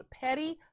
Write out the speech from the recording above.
Petty